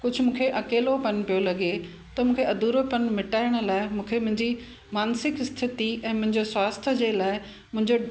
कुझु मूंखे अकेलो पन पियो लॻे त मूंखे अधूरो पन मिटाइण लाइ मूंखे मुंहिंजी मानसिक स्थिति ऐं मुंहिंजो स्वास्थ्य जे लाइ मुंहिंजो